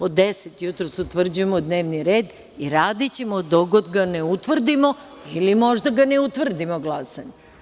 Od 10 sati jutros utvrđujemo dnevni red i radićemo dokle god ga ne utvrdimo ili možda ga ne utvrdimo glasanjem.